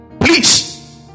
please